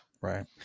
Right